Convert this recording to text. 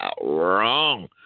wrong